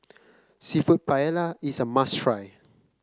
seafood Paella is a must try